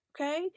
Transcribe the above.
Okay